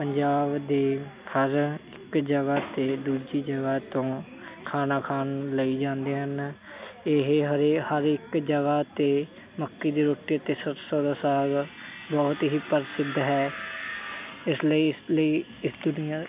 ਪੰਜਾਬ ਦੀ ਹਰ ਇੱਕ ਜਗ੍ਹਾ 'ਤੇ ਦੂਜੀ ਜਗ੍ਹਾ ਤੋਂ ਖਾਣਾ ਖਾਣ ਲਈ ਜਾਂਦੇ ਹਨ ਇਹ ਹਰ ਹਰ ਇੱਕ ਜਗ੍ਹਾ 'ਤੇ ਮੱਕੀ ਦੀ ਰੋਟੀ ਅਤੇ ਸਰਸੋਂ ਦਾ ਸਾਗ ਬਹੁਤ ਹੀ ਪ੍ਰਸਿੱਧ ਹੈ ਇਸ ਲਈ ਇਸ ਲਈ ਇਸ ਦੁਨੀਆਂ